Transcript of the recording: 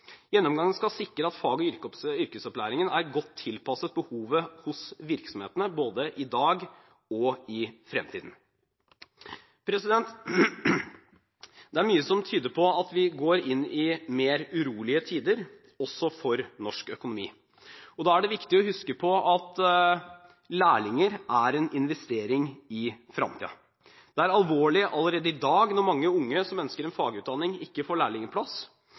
Gjennomgangen skal sikre at fag- og yrkesopplæringen er godt tilpasset behovet hos virksomhetene både i dag og i fremtiden. Det er mye som tyder på at vi går inn i mer urolige tider også for norsk økonomi. Da er det viktig å huske på at lærlinger er en investering i fremtiden. Det er alvorlig allerede i dag når mange unge som ønsker en fagutdanning, ikke får lærlingplass.